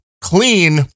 clean